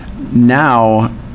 Now